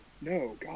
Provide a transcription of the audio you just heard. no